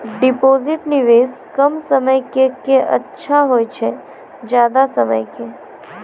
Deposit निवेश कम समय के के अच्छा होय छै ज्यादा समय के?